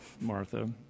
Martha